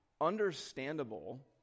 understandable